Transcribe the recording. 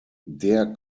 der